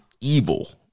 evil